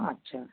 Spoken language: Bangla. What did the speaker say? আচ্ছা